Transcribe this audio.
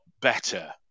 better